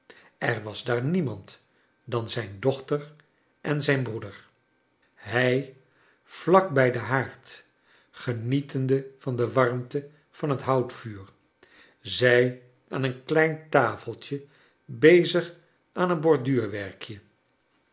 er was daar niemand dan zijn dochter en zijn broeder hij vlak bij den haard genietende van de warmte van het houtvuur zij aan een klein tafeltje bezig aan een borduurwerkje